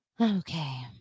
okay